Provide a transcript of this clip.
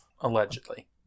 Allegedly